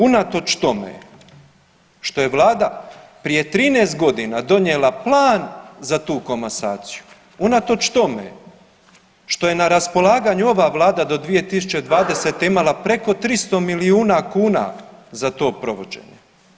Unatoč tome što je vlada prije 13 godina donijela plan za tu komasaciju, unatoč tome što ja na raspolaganju ova vlada do 2020. imala preko 300 milijuna kuna za to provođenje.